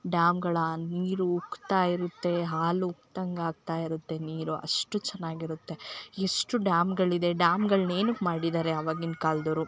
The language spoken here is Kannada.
ಡ್ಯಾಮ್ಗಳ ನೀರು ಉಕ್ತಾ ಇರುತ್ತೆ ಹಾಲು ಉಕ್ದಾಂಗೆ ಆಗ್ತಾ ಇರುತ್ತೆ ನೀರು ಅಷ್ಟು ಚೆನ್ನಾಗಿರುತ್ತೆ ಎಷ್ಟು ಡ್ಯಾಮ್ಗಳಿದೆ ಡ್ಯಾಮ್ಗಳ್ನ ಏನಕ್ಕೆ ಮಾಡಿದ್ದಾರೆ ಆವಾಗಿನ ಕಾಲ್ದೊರು